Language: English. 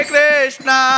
Krishna